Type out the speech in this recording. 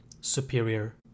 superior